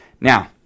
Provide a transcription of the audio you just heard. Now